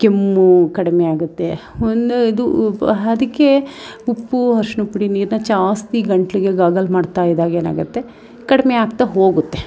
ಕೆಮ್ಮು ಕಡಿಮೆಯಾಗುತ್ತೆ ಒಂದು ಇದು ಪ ಅದಕ್ಕೆ ಉಪ್ಪು ಅರಿಶ್ಣದ್ ಪುಡಿ ನೀರನ್ನ ಜಾಸ್ತಿ ಗಂಟಲಿಗೆ ಗಾಗಲ್ ಮಾಡ್ತಾ ಇದ್ದಾಗೇನಾಗುತ್ತೆ ಕಡಿಮೆಯಾಗ್ತಾ ಹೋಗುತ್ತೆ